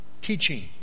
Teaching